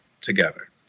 together